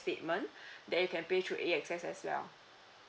statement then you can pay through E access as well